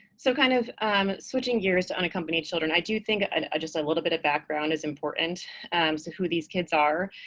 so kind of um switching gears to unaccompanied children, i do think and just a little bit of background is important who these kids are.